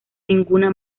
ninguna